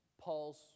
Paul's